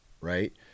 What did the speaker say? right